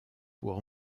pour